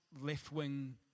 left-wing